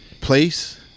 place